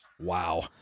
Wow